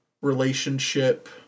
relationship